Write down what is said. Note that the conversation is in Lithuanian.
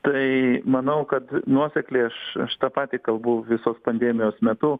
tai manau kad nuosekliai aš aš tą patį kalbu visos pandemijos metu